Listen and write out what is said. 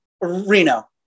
Reno